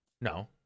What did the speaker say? No